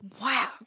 Wow